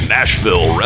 Nashville